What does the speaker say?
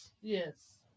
Yes